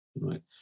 Right